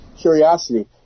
curiosity